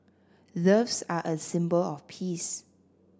doves are a symbol of peace